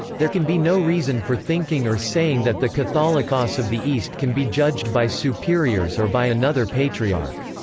there can be no reason for thinking or saying that the catholicos of the east can be judged by superiors or by another patriarch.